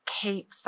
keep